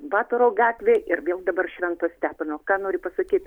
batoro gatvė ir vėl dabar švento stepono ką noriu pasakyt